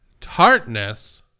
tartness